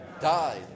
died